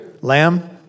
lamb